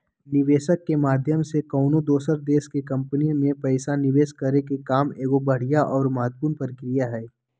निवेशक के माध्यम से कउनो दोसर देश के कम्पनी मे पैसा निवेश करे के काम एगो बढ़िया आरो महत्वपूर्ण प्रक्रिया हय